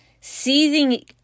seething